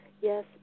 yes